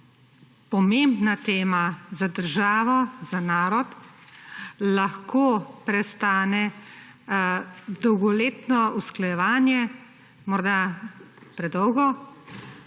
pomembna tema za državo, za narod lahko prestane dolgoletno usklajevanje, morda predolgo,